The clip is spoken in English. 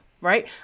right